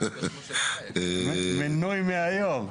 מינוי מהיום.